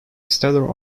stellar